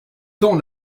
tant